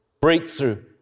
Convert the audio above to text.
breakthrough